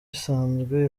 isanzwe